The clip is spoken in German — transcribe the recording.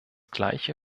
gleiche